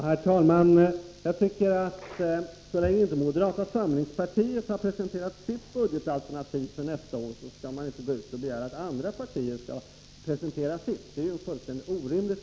Herr talman! Så länge som moderata samlingspartiet inte har presenterat sitt budgetalternativ för nästa år, skall man inte gå ut och begära att andra partier skall presentera sitt. Det är fullständigt orimligt.